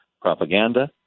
propaganda